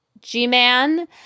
G-Man